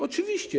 Oczywiście.